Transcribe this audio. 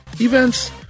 events